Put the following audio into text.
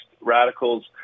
radicals